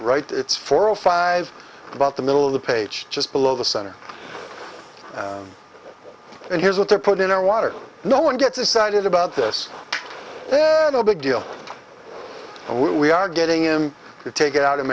right it's four or five about the middle of the page just below the center and here's what they're put in our water no one gets excited about this no big deal we are getting him to take it out in